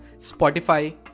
Spotify